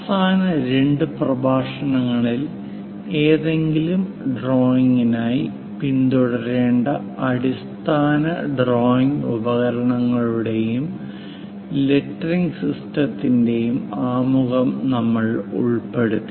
അവസാന രണ്ട് പ്രഭാഷണങ്ങളിൽ ഏതെങ്കിലും ഡ്രോയിംഗിനായി പിന്തുടരേണ്ട അടിസ്ഥാന ഡ്രോയിംഗ് ഉപകരണങ്ങളുടെയും ലെറ്ററിംഗ് സിസ്റ്റത്തിന്റെയും ആമുഖം നമ്മൾ ഉൾപ്പെടുത്തി